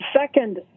Second